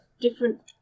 different